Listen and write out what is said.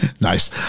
Nice